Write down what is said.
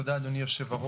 תודה, אדוני היושב-ראש.